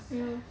ya